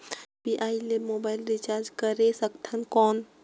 UPI ले mobile recharge करे सकथन कौन?